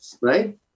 right